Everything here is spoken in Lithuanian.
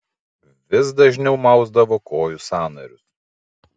vis dažniau mausdavo kojų sąnarius